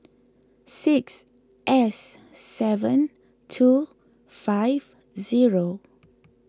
six S seven two five zero